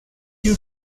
you